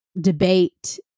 debate